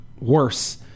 worse